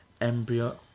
embryo